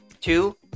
Two